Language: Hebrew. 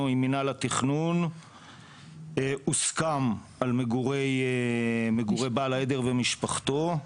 עם מינהל התכנון הוסכם על מגורי בעל העדר ומשפחתו.